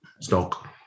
stock